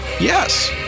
yes